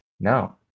No